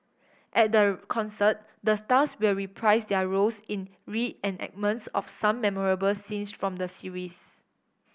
at the concert the stars will reprise their roles in reenactments of some memorable scenes from the series